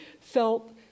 felt